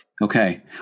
Okay